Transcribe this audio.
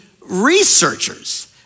researchers